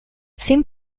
sin